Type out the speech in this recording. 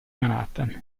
manhattan